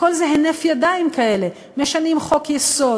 הכול זה הינף ידיים כאלה: משנים חוק-יסוד,